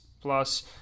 plus